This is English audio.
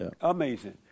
amazing